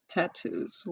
tattoos